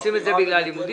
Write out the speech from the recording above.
עושים את זה בגלל לימודים.